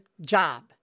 job